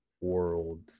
world